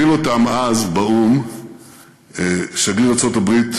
הוביל אותן אז באו"ם שגריר ארצות-הברית